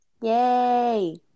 Yay